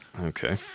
okay